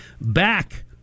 back